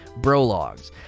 brologs